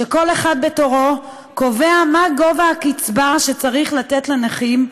שכל אחד בתורו קובע מה גובה הקצבה שצריך לתת לנכים,